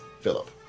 Philip